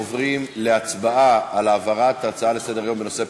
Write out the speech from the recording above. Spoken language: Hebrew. עוברים להצבעה על העברת ההצעות לסדר-היום בנושא: